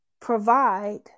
provide